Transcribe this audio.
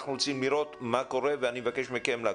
אנחנו רוצים לראות מה קורה, ואני מבקש מכם לבוא.